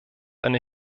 eine